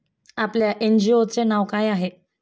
आपल्या एन.जी.ओ चे नाव काय आहे?